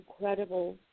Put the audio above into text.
incredible